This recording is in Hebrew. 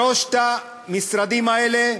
שלושת המשרדים האלה,